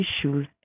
issues